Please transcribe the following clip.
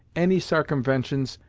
any sarcumventions,